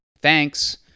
thanks